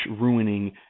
ruining